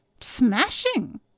Smashing